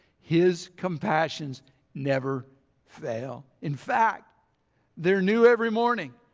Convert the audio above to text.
his compassions never fail. in fact they're new every morning.